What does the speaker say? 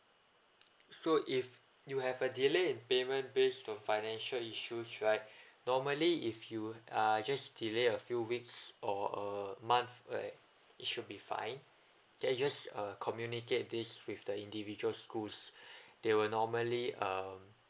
so if you have a delay payment based on financial issues right normally if you are just delay a few weeks or a month right it should be fine then you just uh communicate this with the individual schools they will normally um